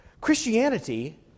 Christianity